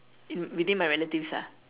within my relatives ah